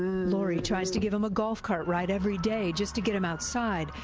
laurie tries to give him a golf cart ride every day just to get him outside.